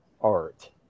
art